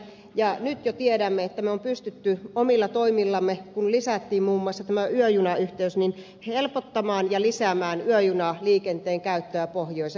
nyt jo tiedämme että olemme pystyneet omilla toimillamme kun lisättiin muun muassa tämä yöjunayhteys helpottamaan ja lisäämään yöjunaliikenteen käyttöä pohjoiseen